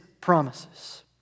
promises